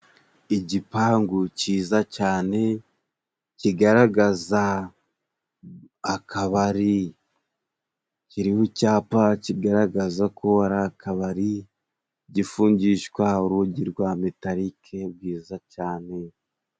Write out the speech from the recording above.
Igipangu kiza cyane kigaragaza akabari, kiriho icyapa kigaragaza ko ari akabari, gifungishwa urugi rwa metarike rwiza cyane.